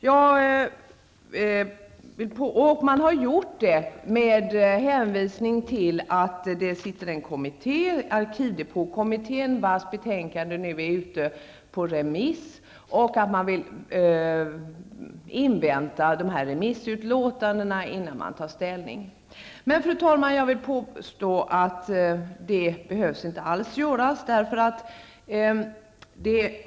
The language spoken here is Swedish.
Man har avstyrkt motionerna med hänvisning till att en kommitté är tillsatt, arkivdepåkommittén, vars betänkande nu är ute på remiss, och att man vill invänta dessa remissutlåtanden innan man tar ställning. Men, fru talman, jag vill påstå att det inte alls behövs.